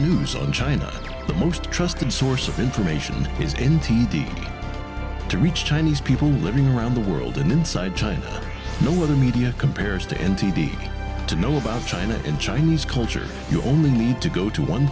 news on china the most trusted source of information is in t d to reach chinese people living around the world and inside china no other media compares to n t v to know about china in chinese culture you only need to go to one